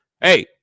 Hey